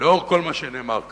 לאור כל מה שנאמר כאן,